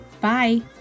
Bye